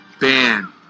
Ban